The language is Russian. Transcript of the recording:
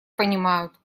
понимают